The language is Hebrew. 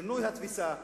שינוי התפיסה,